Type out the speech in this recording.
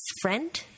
friend